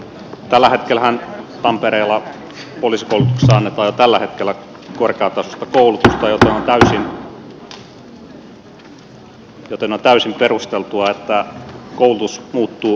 jo tällä hetkellähän tampereella oli sitten se on ollut tällä poliisikoulutuksessa annetaan korkeatasoista koulutusta joten on täysin perusteltua että koulutus muuttuu ammattikorkeakoulutasoiseksi koulutukseksi